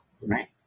Right